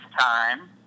time